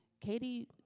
Katie